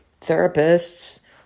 therapists